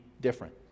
different